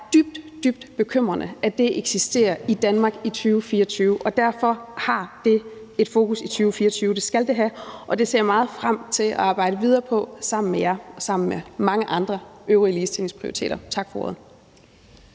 dybt, dybt bekymrende, at det eksisterer i Danmark i 2024, og derfor har det et fokus i 2024 – det skal det have – og det ser jeg meget frem til at arbejde videre på sammen med jer og også mange andre øvrige ligestillingsprioriteter. Tak for ordet.